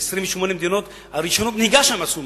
ב-28 מדינות לרשיונות הנהיגה שם עשו מאגר.